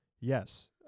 yes